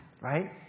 right